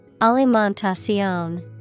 Alimentación